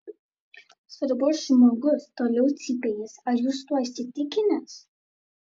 svarbus žmogus toliau cypė jis ar jūs tuo įsitikinęs